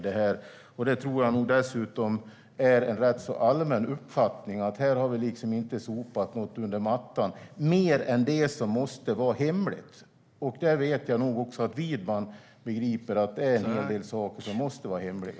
Dessutom tror jag att det är en rätt så allmän uppfattning att vi inte har sopat något under mattan här, mer än det som måste vara hemligt. Jag vet att också Widman begriper att en hel del saker måste vara hemliga.